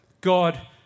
God